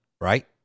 right